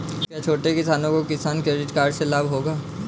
क्या छोटे किसानों को किसान क्रेडिट कार्ड से लाभ होगा?